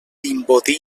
vimbodí